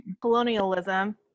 Colonialism